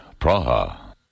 Praha